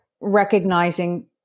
recognizing